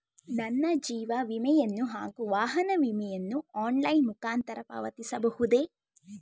ನನ್ನ ಜೀವ ವಿಮೆಯನ್ನು ಹಾಗೂ ವಾಹನ ವಿಮೆಯನ್ನು ಆನ್ಲೈನ್ ಮುಖಾಂತರ ಪಾವತಿಸಬಹುದೇ?